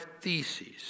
Theses